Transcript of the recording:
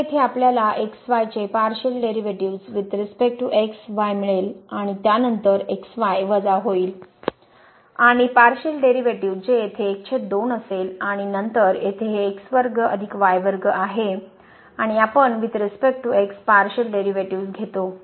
तर येथे आपल्याला xy चे partial derivatives with respect to x y मिळेल आणि त्यानंतर xy वजा होईल आणि पारशिअल डेरिव्हेटिव्ह्ज जे येथे 12 असेल आणि नंतर येथे हे आहे आणि आपण with respect to x partial derivatives घेतो